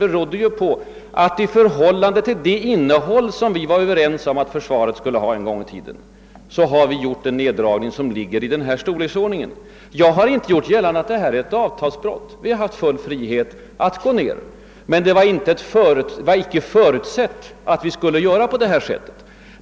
Det har nämligen gjorts en neddragning av denna storleksordning i förhållande till det innehåll som vi tidigare var överens om att försvaret skulle ha. Jag har inte gjort gällande att detta är ett avtalsbrott. Vi har haft full frihet att gå ned, men det var icke förutsett att vi skulle göra det.